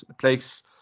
place